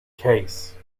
case